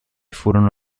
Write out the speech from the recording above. furono